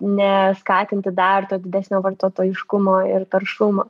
ne skatinti dar to didesnio vartotojiškumo ir taršumo